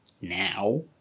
now